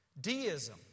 Deism